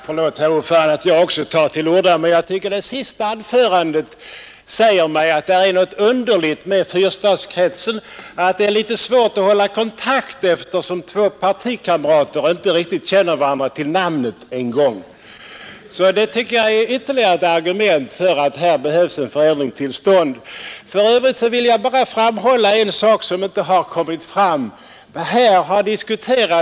Herr talman! Förlåt att även jag tar till orda, men det senaste anförandet säger mig att det är något underligt med fyrstadskretsen, att det är svårt att hålla kontakt, eftersom två partikamrater inte riktigt känner varandra ens till namnet. Jag tycker att herr Sjöholms felsägning är ytterligare ett argument för en förändring av valkretsen. För övrigt vill jag bara framhålla en sak som inte kommit fram här i debatten.